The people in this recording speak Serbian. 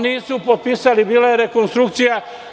Nisu potpisali, bila je rekonstrukcija.